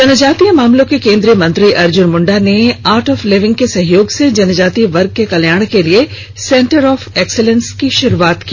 जनजातीय मामलों के केन्द्रीय मंत्री अर्जुन मुंडा ने आर्ट ऑफ लिविंग के सहयोग से जनजातीय वर्ग के कल्याण के लिए सेंटर ऑफ एक्सीलेंस की शुरुआत की